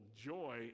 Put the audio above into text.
joy